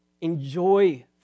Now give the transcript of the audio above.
Enjoy